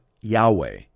Yahweh